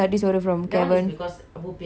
I'm thankful for that friend